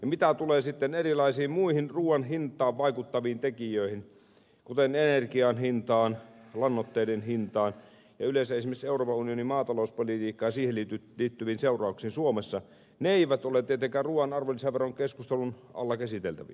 mitä tulee sitten erilaisiin muihin ruuan hintaan vaikuttaviin tekijöihin kuten energian hintaan lannoitteiden hintaan ja esimerkiksi yleensä euroopan unionin maatalouspolitiikkaan ja siihen liittyviin seurauksiin suomessa ne eivät ole tietenkään ruuan arvonlisäverokeskustelun alla käsiteltäviä